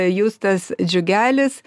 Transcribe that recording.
justas džiugelis